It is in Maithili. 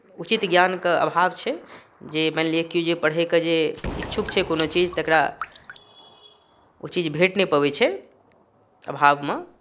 उचित ज्ञानके अभाव छै जे मानि लिअ कि जे पढ़ैके जे इच्छुक छै कोनो चीज तकरा ओ चीज भेट नहि पबै छै अभावमे